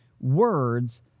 Words